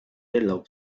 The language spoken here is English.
yellow